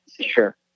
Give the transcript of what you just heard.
Sure